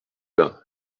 bains